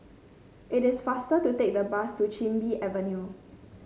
it is faster to take the bus to Chin Bee Avenue